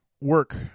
Work